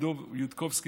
דב יודקובסקי,